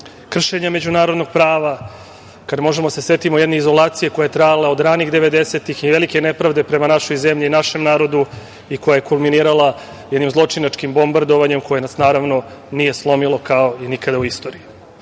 kršenja međunarodnog prava, kada možemo da se setimo jedne izolacije koja je trajala od ranih 90-ih i velike nepravde prema našoj zemlji i našem narodu i koja je akumulirala jednim zločinačkim bombardovanjem, koje nas, naravno, nije slomilo kao i nikada u istoriji. Možemo